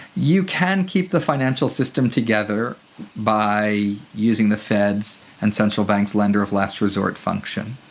you can keep the financial system together by using the feds and central banks lender of last resort function.